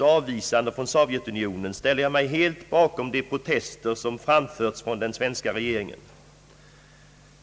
avvisande från Sovjetunionen ställer jag mig helt bakom de protester som framförts från den svenska regeringen.